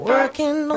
Working